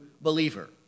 believer